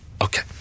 Okay